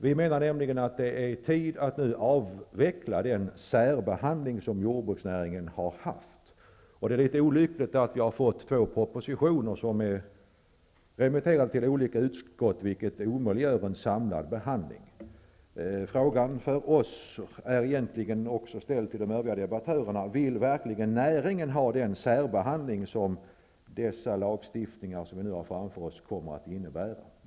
Vi menar nämligen att det nu är tid att avveckla den särbehandling som jordbruksnäringen har haft. Det är litet olyckligt att vi har fått två propositioner, som har remitterats till olika utskottet, vilket omöjliggör en samlad behandling. Frågan för oss -- den är egentligen också ställd till de övriga debattörerna -- är: Vill verkligen näringen ha den särbehandling som den lagstiftning som vi nu har framför oss kommer att innebära?